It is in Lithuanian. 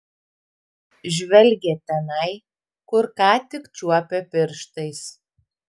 žvelgė tenai kur ką tik čiuopė pirštais